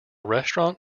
restaurant